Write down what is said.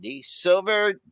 Silver